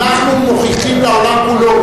אנחנו מוכיחים לעולם כולו,